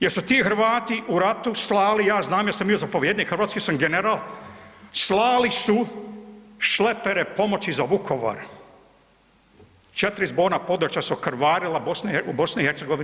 Jer su ti Hrvati u ratu slali, ja znam jer sam bio zapovjednik, hrvatski sam general, slali su šlepere pomoći za Vukovar, 4 zborna područja su krvarila u BiH.